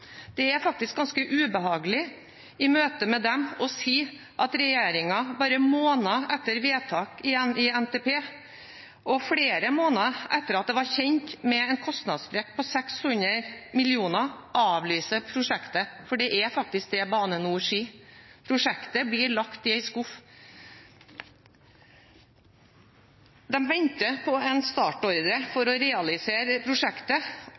Det er ganske ubehagelig i møte med dem å si at regjeringen bare måneder etter vedtak i forbindelse med NTP og flere måneder etter at en var kjent med en kostnadssprekk på 600 mill. kr, avlyser prosjektet. Det er faktisk det Bane NOR sier. Prosjektet blir lagt i en skuff. De venter på en startordre for å realisere prosjektet